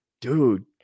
dude